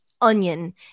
onion